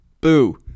Boo